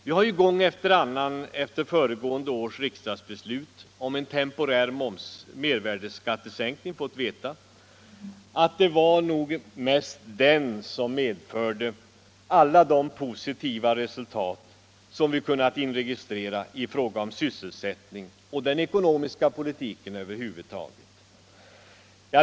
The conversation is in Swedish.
Jag har gång efter annan, efter förra årets riksdagsbeslut om en temporär mervärdeskattesänkning, fått höra att det var nog mest den som medförde alla de positiva resultat som vi kunnat inregistrera i fråga om sysselsättningen och den ekonomiska situationen över huvud taget.